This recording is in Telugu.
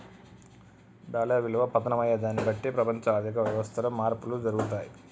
డాలర్ విలువ పతనం అయ్యేదాన్ని బట్టే ప్రపంచ ఆర్ధిక వ్యవస్థలో మార్పులు జరుగుతయి